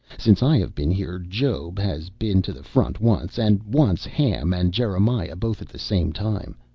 since i have been here, job has been to the front once, and once ham and jeremiah both at the same time.